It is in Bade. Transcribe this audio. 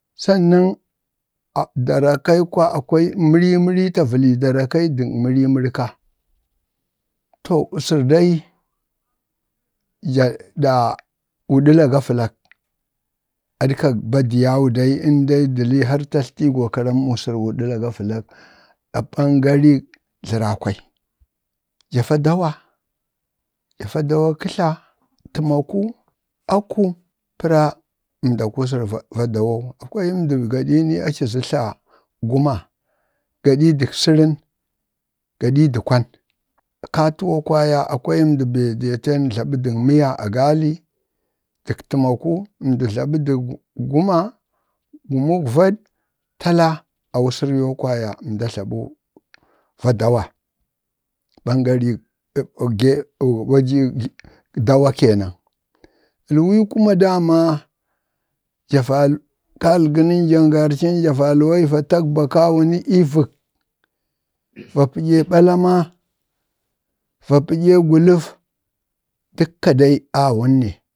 sannan akwai da darakən mirimin ta valai darakai dəg mirimin ka. too wusar dai ja ɗa wuɗəla ga gavalak aɗkak badiyim dai indai dəlii har tatlti gokaram indai wusar wuɗala ga valak a ɓangarik tlrakwai. ja a dawaja va dawak kətla, tamakur aku para ndak kuwusər va dawau, akwai ndi gadi ni aci va dawak katla guma, gadi dək səran, gadi dak kwan. kaituwa kwaya akai ndi be deeten tlabu dəg miya a gali dək təmaku ndi tlabu dək əg-əg guma, gumuk vad, tala a a wusar yoo kwaya nda tlabu va dawa, ɓangark ɓangarik dawa keenan Ɛlwii kuma dama ja valwai, kalgənənja valwai va tagbak kawun ii vək, va pəɗyee ɓalama, va paɗyee guləf dəkka dai awun ne.